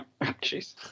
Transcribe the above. Jeez